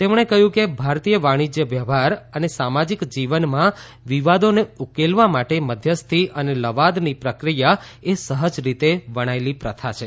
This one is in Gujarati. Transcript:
તેમણે કહ્યું કે ભારતીય વાણિષ્ઠ્ય વ્યવહાર અને સામાજીક જીવનમાં વિવાદોને ઉકેલવા માટે મધ્યસ્થી અને લવાદની પ્રક્રિયા એ સહ્જ રીતે વણાયેલી પ્રથા છે